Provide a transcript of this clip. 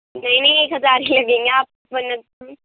نہیں نہیں ایک ہزار ہی لگیں گے آپ ورنہ تو